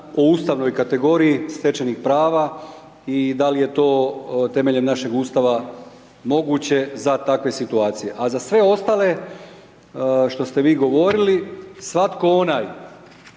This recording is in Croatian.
o ustavnoj kategoriji stečenih prava i da li je to temeljem našeg Ustava moguće za takve situacije, a za sve ostale što ste vi govorili svatko onaj